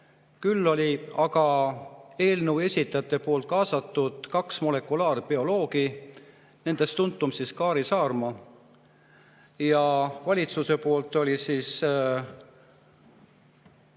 Küll olid aga eelnõu esitajad kaasanud kaks molekulaarbioloogi, nendes tuntum oli Kaari Saarma, ja valitsuse poolt oli kõige